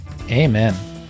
Amen